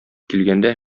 килгәндә